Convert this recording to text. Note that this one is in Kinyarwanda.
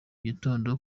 gitondo